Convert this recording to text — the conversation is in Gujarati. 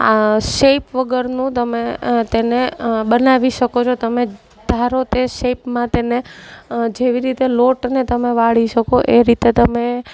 આ શેપ વગરનું તમે તેને બનાવી શકો છો તમે ધારો તે શેપમાં તેને જેવી રીતે લોટને તમે વાળી શકો એ રીતે તમે